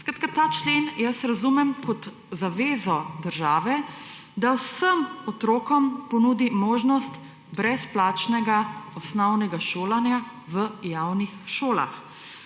Skratka, ta člen jaz razumem kot zavezo države, da vsem otrokom ponudi možnost brezplačnega osnovnega šolanja v javnih šolah.